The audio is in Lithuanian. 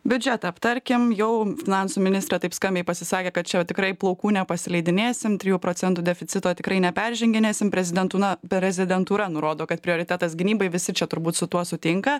biudžetą aptarkim jau finansų ministrė taip skambiai pasisakė kad čia tikrai plaukų nepasileidinėsim trijų procentų deficito tikrai neperženginėsim prezidentūna prezidentūra nurodo kad prioritetas gynybai visi čia turbūt su tuo sutinka